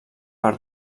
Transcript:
per